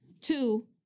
two